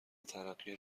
ترقی